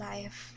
Life